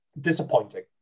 Disappointing